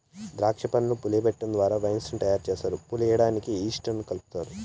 దాక్ష పండ్లను పులియబెటడం ద్వారా వైన్ ను తయారు చేస్తారు, పులియడానికి ఈస్ట్ ను కలుపుతారు